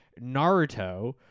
Naruto